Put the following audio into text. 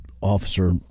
officer